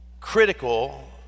critical